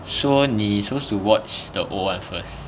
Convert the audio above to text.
so 你 supposed to watch the old [one] first